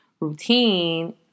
routine